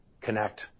connect